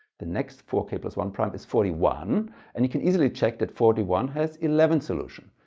the next four k but one prime is forty one and you can easily check that forty one has eleven solution,